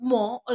More